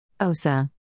Osa